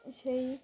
এই